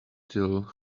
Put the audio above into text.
till